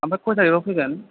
आमफ्राय खय थारिखआव फैगोन